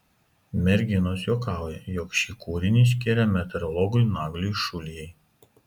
merginos juokauja jog šį kūrinį skiria meteorologui nagliui šulijai